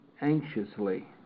anxiously